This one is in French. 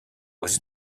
aux